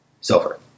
Silver